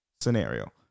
scenario